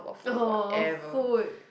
oh food